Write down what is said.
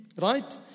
right